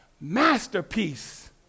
masterpiece